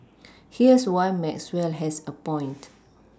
here's why Maxwell has a point